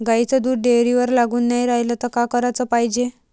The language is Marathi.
गाईचं दूध डेअरीवर लागून नाई रायलं त का कराच पायजे?